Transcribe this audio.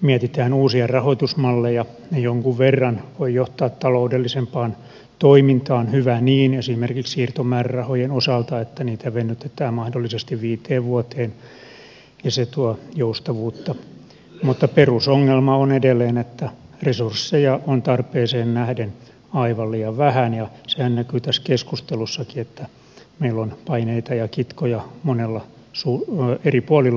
mietitään uusia rahoitusmalleja ja jonkun verran se voi johtaa taloudellisempaan toimintaan hyvä niin esimerkiksi siirtomäärärahojen osalta että niitä venytetään mahdollisesti viiteen vuoteen ja se tuo joustavuutta vaan perusongelma on edelleen että resursseja on tarpeeseen nähden aivan liian vähän ja sehän näkyy tässä keskustelussakin että meillä on paineita ja kitkoja eri puolilla maata